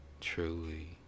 truly